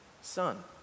Son